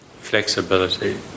flexibility